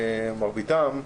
מרביתם,